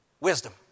Wisdom